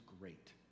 great